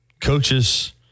coaches